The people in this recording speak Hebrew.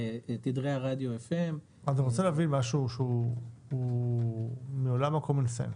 לתדרי רדיו FM --- אני רוצה להבין משהו שהוא מעולם ה common sense: